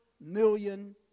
million